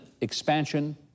expansion